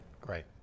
Great